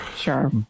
Sure